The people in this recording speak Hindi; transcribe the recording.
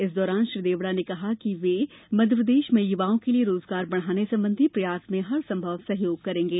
इस दौरान श्री देवड़ा ने कहा कि वे मध्यप्रदेश में युवाओं के लिये रोजगार बढ़ाने संबंधी प्रयास में हर संभव सहयोग करेंगे